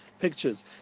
pictures